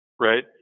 right